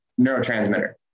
neurotransmitter